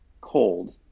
cold